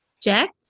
jack